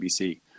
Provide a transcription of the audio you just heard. CBC